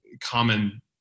common